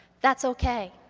that's okay.